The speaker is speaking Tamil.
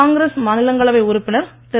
காங்கிரஸ் மாநிலங்களவை உறுப்பினர் திரு